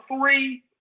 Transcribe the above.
three